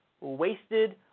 wasted